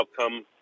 outcome